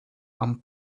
and